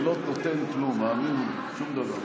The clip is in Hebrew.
זה לא נותן כלום, האמינו לי, שום דבר.